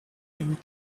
and